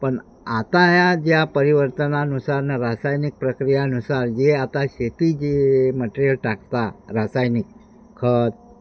पण आता या ज्या परिवर्तनानुसार अन रासायनिक प्रक्रियानुसार जे आता शेती जी मटेरियल टाकता रासायनिक खत